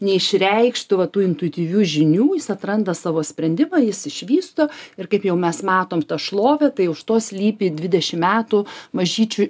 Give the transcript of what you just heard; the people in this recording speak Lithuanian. neišreikštų va tų intuityvių žinių jis atranda savo sprendimą jis išvysto ir kaip jau mes matom tą šlovę tai už to slypi dvidešimt metų mažyčių